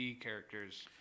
characters